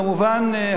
כמובן,